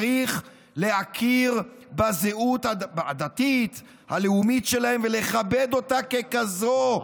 צריך להכיר בזהות הדתית והלאומית שלהם ולכבד אותה ככזאת.